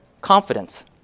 confidence